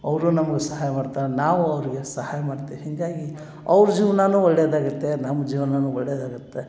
ಅವರು ನಮ್ಗೆ ಸಹಾಯ ಮಾಡ್ತಾರೆ ನಾವು ಅವ್ರಿಗೆ ಸಹಾಯ ಮಾಡ್ತೆ ಹೀಗಾಗಿ ಅವ್ರ ಜೀವನಾನೂ ಒಳ್ಳೆಯದಾಗುತ್ತೆ ನಮ್ಮ ಜೀವ್ನನೂ ಒಳ್ಳೆಯದಾಗುತ್ತೆ